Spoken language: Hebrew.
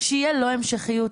שיהיה לו המשכיות?